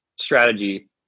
strategy